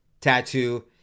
tattoo